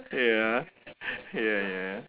ya ya ya